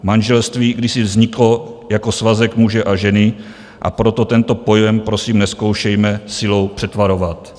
Manželství kdysi vzniklo jako svazek muže a ženy, a proto tento pojem prosím nezkoušejme silou přetvarovat.